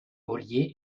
ollier